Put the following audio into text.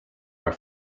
are